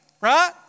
right